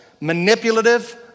manipulative